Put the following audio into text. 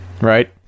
right